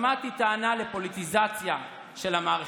שמעתי טענה לפוליטיזציה של המערכת.